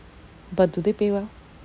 but do they pay well